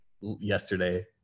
yesterday